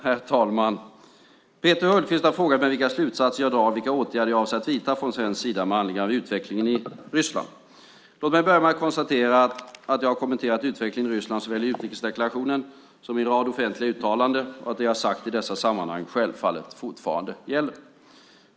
Herr talman! Peter Hultqvist har frågat mig vilka slutsatser jag drar och vilka åtgärder jag avser att vidta från svensk sida med anledning av utvecklingen i Ryssland. Låt mig börja med att konstatera att jag har kommenterat utvecklingen i Ryssland såväl i utrikesdeklarationen som i en rad olika offentliga uttalanden och att det jag sagt i dessa sammanhang självfallet fortfarande gäller.